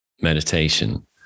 meditation